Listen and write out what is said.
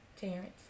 Terrence